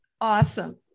awesome